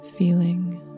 Feeling